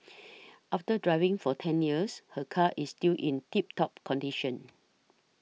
after driving for ten years her car is still in tip top condition